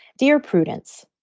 dear prudence,